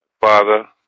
Father